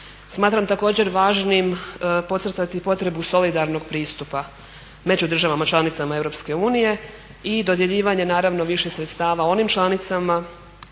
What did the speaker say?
Smatram također važnim podcrtati potrebu solidarnog pristupa među državama članicama EU i dodjeljivanje naravno više sredstava onim članicama